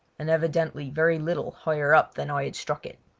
and evidently very little higher up than i had struck it.